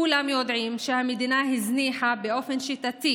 כולם יודעים שהמדינה הזניחה באופן שיטתי